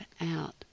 out